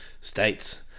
states